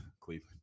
Cleveland